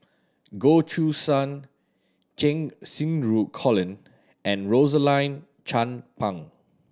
Goh Choo San Cheng Xinru Colin and Rosaline Chan Pang